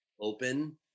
open